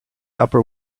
upper